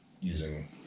using